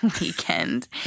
weekend